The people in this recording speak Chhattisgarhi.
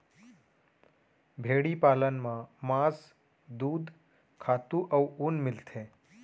भेड़ी पालन म मांस, दूद, खातू अउ ऊन मिलथे